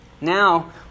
Now